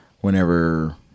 whenever